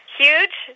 huge